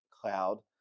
cloud